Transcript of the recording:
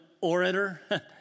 orator